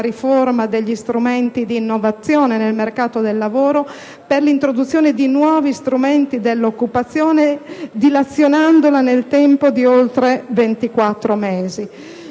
e degli strumenti di innovazione nel mercato del lavoro e per l'introduzione di nuovi strumenti dell'occupazione, dilazionandola nel tempo di oltre 24 mesi.